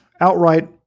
outright